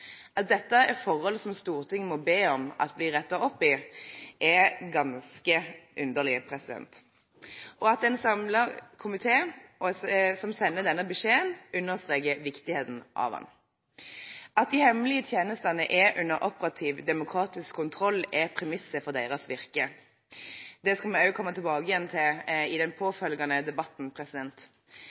At dette er forhold som Stortinget må be om at det blir rettet opp i, er ganske underlig, og en samlet komité, som sender denne beskjeden, understreker viktigheten av den. At de hemmelige tjenestene er under operativ demokratisk kontroll, er premisset for deres virke, og det skal vi også komme tilbake til i den påfølgende debatten.